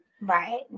Right